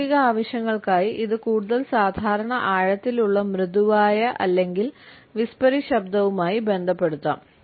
പ്രായോഗിക ആവശ്യങ്ങൾക്കായി ഇത് കൂടുതൽ സാധാരണ ആഴത്തിലുള്ള മൃദുവായ അല്ലെങ്കിൽ വിസ്പറി ശബ്ദവുമായി ബന്ധപ്പെടുത്താം